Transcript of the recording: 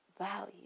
value